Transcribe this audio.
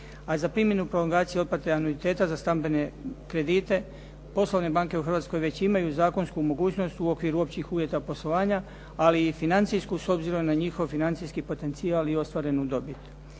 a za primjenu prolongacije otplate anuiteta za stambene kredite poslovne banke u Hrvatskoj već imaju zakonsku mogućnost u okviru općih uvjeta poslovanja ali i financijsku s obzirom na njihov financijski potencijal i ostvarenu dobit.